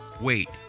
Wait